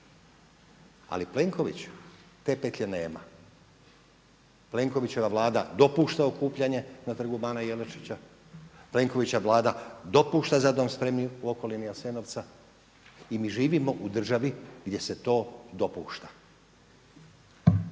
Ali Plenković te petlje nema. Plenkovićeva Vlada dopušta okupljanje na Trgu bana Jelačića, Plenkovićeva Vlada dopušta „Za dom spremi“ u okolini Jasenovca i mi živimo u državi gdje se to dopušta.